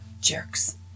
jerks